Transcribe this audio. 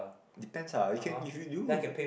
depends ah you can